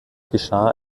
geschah